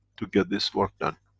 to get this work done.